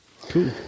Cool